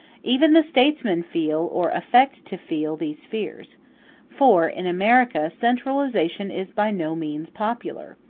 even the statesmen feel, or affect to feel, these fears for, in america, centralization is by no means popular,